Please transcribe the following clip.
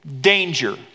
danger